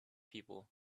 people